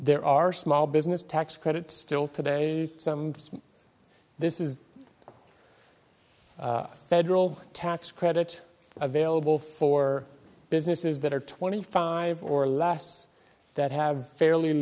there are small business tax credits still today some of this is federal tax credit available for businesses that are twenty five or less that have fairly